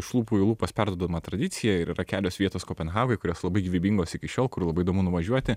iš lūpų į lūpas perduodama tradicija ir yra kelios vietos kopenhagoj kurios labai gyvybingos iki šiol kur labai įdomu nuvažiuoti